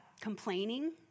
complaining